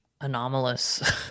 anomalous